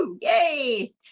yay